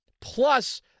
Plus